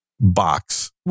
box